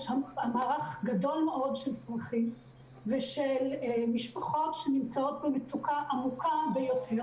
מערך הצרכים ושל משפחות שנמצאות במצוקה עמוקה ביותר